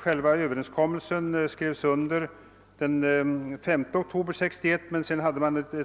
Själva överenskommelsen skrevs under den 5 oktober 1961, men man hade sedan